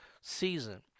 season